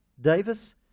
Davis